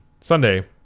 Sunday